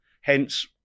hence